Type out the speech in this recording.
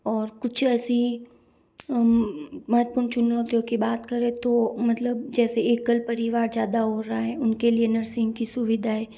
और कुछ ऐसी महत्वपूर्ण चुनौतियों की बात करें तो मतलब जैसे एकल परिवार ज़्यादा हो रहा है उनके लिए नर्सिंग की सुविधा है